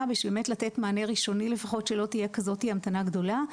בשביל באמת לתת מענה ראשוני לפחות שלא תהיה כזאתי המתנה גדולה,